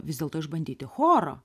vis dėlto išbandyti choro